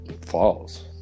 falls